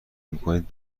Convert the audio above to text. میکنید